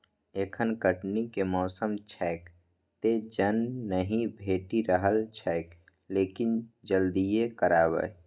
एखन कटनी के मौसम छैक, तें जन नहि भेटि रहल छैक, लेकिन जल्दिए करबै